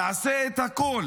נעשה הכול